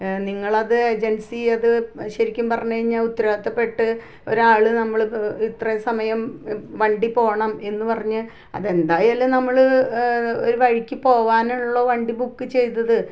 നിങ്ങളത് ഏജൻസി അത് ശരിക്കും പറഞ്ഞ് കഴിഞ്ഞാൽ ഉത്തരവാദിത്തപെട്ട് ഒരാള് നമ്മള് ഇത്ര സമയം വണ്ടി പോകണം എന്നുപറഞ്ഞ് അത് എന്തായാലും നമ്മള് ഒരു വഴിക്ക് പോകാനുള്ള വണ്ടി ബുക്ക് ചെയ്യ്തത്